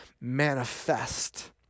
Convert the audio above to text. manifest